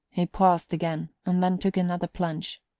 he paused again, and then took another plunge.